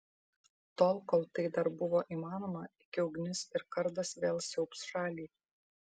tol kol tai dar buvo įmanoma iki ugnis ir kardas vėl siaubs šalį